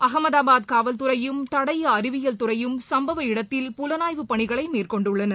அகமதாபாத் காவல்துறையும் தடய அறிவியல் துறையும் சும்பவ இடத்தில் புலனாய்வு பணிகளை மேற்கொண்டுள்ளனர்